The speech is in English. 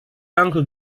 uncle